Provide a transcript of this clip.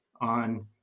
on